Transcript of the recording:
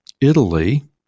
Italy